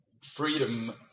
freedom